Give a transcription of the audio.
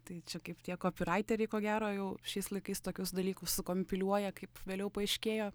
tai čia kaip tie kopiraiteriai ko gero jau šiais laikais tokius dalykus sukompiliuoja kaip vėliau paaiškėjo